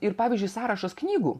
ir pavyzdžiui sąrašas knygų